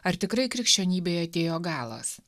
ar tikrai krikščionybei atėjo galas